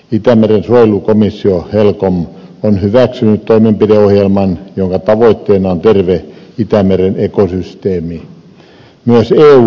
itämeren suojelukomissio helcom on hyväksynyt toimenpideohjelman jonka tavoitteena on terve itämeren ekosysteemi